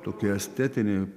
tokį estetinį